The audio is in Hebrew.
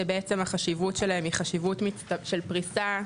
שבעצם החשיבות שלהם היא חשיבות של פריסה רחבה מצטברת.